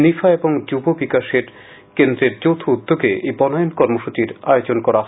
নিফা এবং যুব বিকাশ কেন্দ্রে যৌথ উদ্যোগে এই বনায়ন কর্মসূচির আয়োজন করা হয়